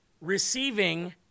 receiving